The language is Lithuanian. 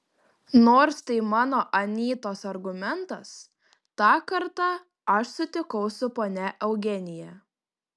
nors tai mano anytos argumentas tą kartą aš sutikau su ponia eugenija